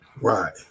Right